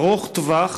ארוך טווח,